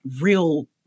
real